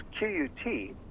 QUT